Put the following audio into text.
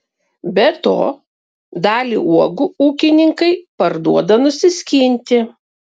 be to dalį uogų ūkininkai parduoda nusiskinti